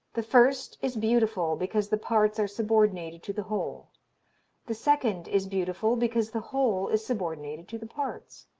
the first is beautiful because the parts are subordinated to the whole the second is beautiful because the whole is subordinated to the parts.